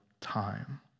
time